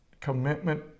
commitment